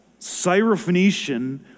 Syrophoenician